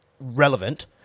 relevant